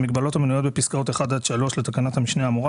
המגבלות המנויות בפסקאות (1) עד (3) לתקנת המשנה האמורה,